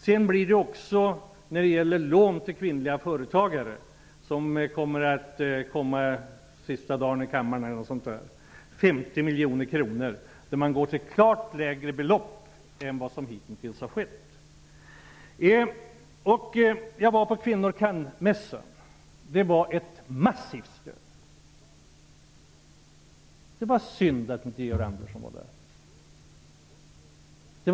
Det kommer också att anslås 50 miljoner kronor för lån till kvinnliga företagare där det skall gå att låna klart lägre belopp än vad som hittills varit möjligt. Det kommer upp här i kammaren sista dagen i vår eller någonting sådant. På Kvinnor kan-mässan, som jag besökte, var det ett massivt stöd för detta. Det var synd att inte Georg Andersson var där.